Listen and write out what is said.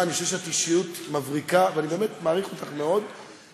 מה שהחוק הזה כרגע עושה, הוא מונע התאגדות אזרחית.